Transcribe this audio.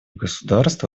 государств